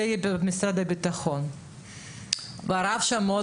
זה בידי משרד הביטחון והרף שם מאוד